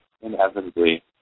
inevitably